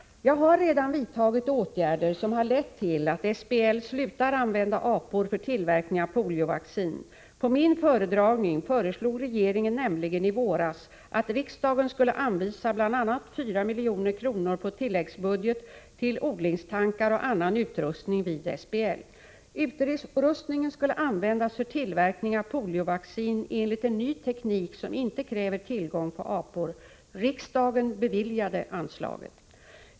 Jag har redan vidtagit åtgärder som har lett till att SBL slutar använda apor för tillverkning av poliovaccin. På min föredragning föreslog regeringen nämligen i våras att riksdagen skulle anvisa bl.a. 4 milj.kr. på tilläggsbudget till odlingstankar och annan utrustning vid SBL. Utrustningen skulle användas för tillverkning av poliovaccin enligt en ny teknik, som inte kräver tillgång på apor. Riksdagen beviljade anslaget.